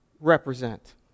represent